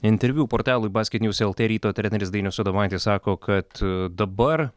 interviu portalui basket njūs el tė ryto treneris dainius adomaitis sako kad dabar